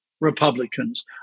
Republicans